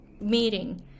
meeting